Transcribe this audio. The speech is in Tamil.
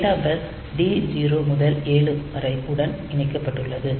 டேட்டா பஸ் D 0 7 உடன் இணைக்கப்பட்டுள்ளது